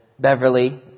Beverly